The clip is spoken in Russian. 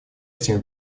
этими